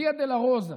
ויה דולורוזה.